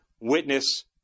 witness